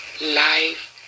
life